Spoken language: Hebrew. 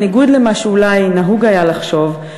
בניגוד למה שאולי נהוג היה לחשוב,